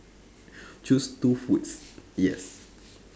choose two foods yes